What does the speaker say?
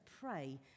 pray